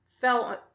fell